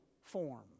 form